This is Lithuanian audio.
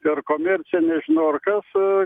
per komerciją nežinau ar kas a